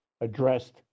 addressed